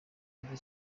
byiza